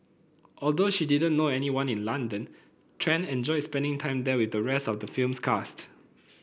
although she didn't know anyone in London Tran enjoyed spending time there with the rest of the film's cast